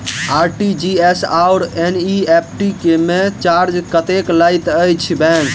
RTGS आओर NEFT मे charge कतेक लैत अछि बैंक?